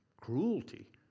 cruelty